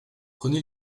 prenez